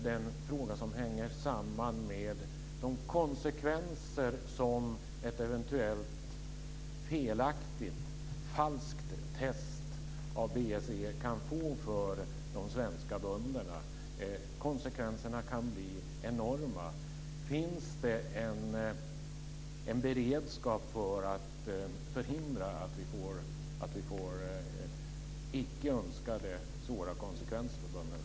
Den hänger samman med de konsekvenser som ett eventuellt felaktigt eller falskt svar på BSE-tester kan få för de svenska bönderna. Konsekvenserna kan bli enorma. Finns det en beredskap för att förhindra att vi får icke önskade svåra konsekvenser för bönderna?